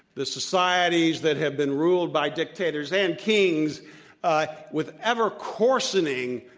the societies that have been ruled by dictators and kings with ever coarsening,